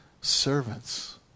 servants